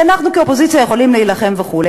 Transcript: כי אנחנו כאופוזיציה יכולים להילחם וכו',